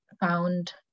found